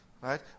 Right